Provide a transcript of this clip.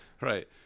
right